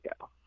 go